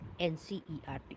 NCERT